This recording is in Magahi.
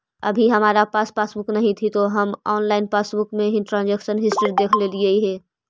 अभी हमारा पास पासबुक नहीं थी तो हम ऑनलाइन पासबुक में ही ट्रांजेक्शन हिस्ट्री देखलेलिये